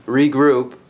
regroup